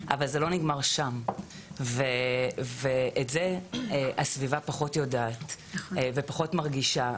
אבל זה לא נגמר שם ואת זה הסביבה פחות יודעת ופחות מרגישה.